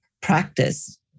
practice